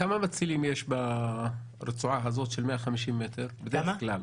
כמה מצילים יש ברצועה הזאת של ה-150 מ' בדרך כלל?